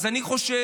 אז אני חושב,